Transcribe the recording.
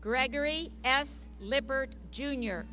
gregory s liberty junior